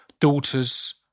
daughters